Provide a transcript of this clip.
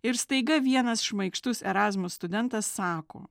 ir staiga vienas šmaikštus erasmus studentas sako